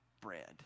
bread